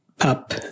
up